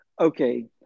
okay